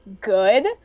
good